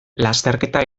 lasterketa